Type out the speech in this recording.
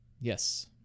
Yes